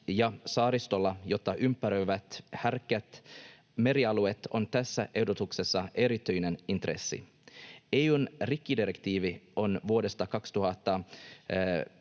ja saaristolla, jota ympäröivät herkät merialueet, on tässä ehdotuksessa erityinen intressi. EU:n rikkidirektiivi on vuodesta 2015